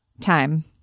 time